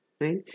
right